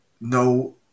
no